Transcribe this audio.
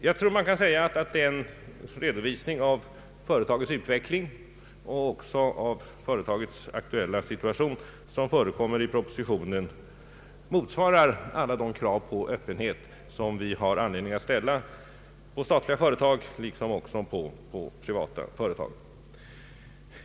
Jag tror att man kan påstå att den redovisning av företagets utvecling och aktuella situation som förekommer i propositionen motsvarar alla de krav på öppenhet som vi har anledning att ställa på statliga företag, liksom också på privata.